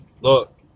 Look